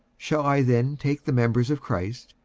shall i then take the members of christ,